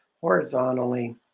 horizontally